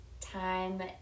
time